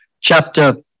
chapter